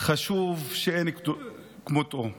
חשוב שאין כמותו.